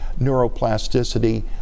Neuroplasticity